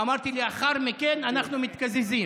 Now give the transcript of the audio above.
ואמרתי שלאחר מכן אנחנו מתקזזים.